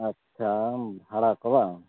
ᱟᱪᱪᱷᱟ ᱵᱷᱟᱲᱟ ᱠᱚ ᱵᱟᱝ